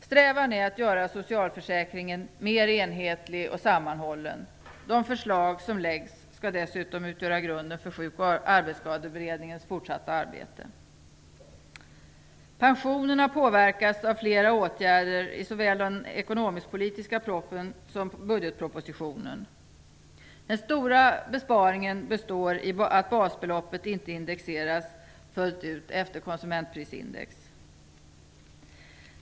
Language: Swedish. Strävan är att göra socialförsäkringen mera enhetlig och sammanhållen. De förslag som läggs fram skall dessutom utgöra grunden för Sjuk och arbetsskadeberedningens fortsatta arbete. Pensionerna påverkas av flera åtgärder i såväl den ekonomisk-politiska propositionen som i budgetpropositionen. Den stora besparingen består i att basbeloppet inte indexeras fullt ut efter konsumentprisindex.